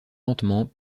lentement